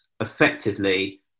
effectively